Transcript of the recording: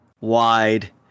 wide